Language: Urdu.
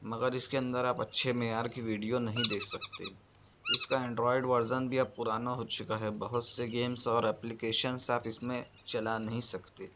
مگر اس کے اندر آپ اچھے معیار کی ویڈیو نہیں دیکھ سکتے اس کا اینڈرائڈ ورژن بھی اب پرانا ہو چکا ہے بہت سے گیمس اور ایپلیکیشنس آپ اس میں چلا نہیں سکتے